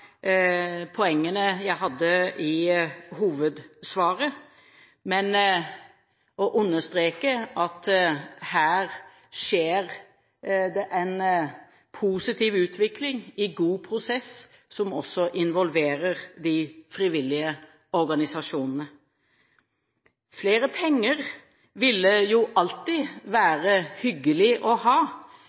poengene jeg hadde i hovedsvaret, men understreker at her skjer det en positiv utvikling i god prosess som også involverer de frivillige organisasjonene. Flere penger ville alltid være hyggelig å ha.